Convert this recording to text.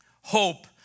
Hope